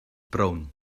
brown